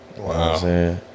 Wow